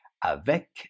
avec